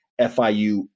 FIU